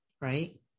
right